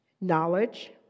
knowledge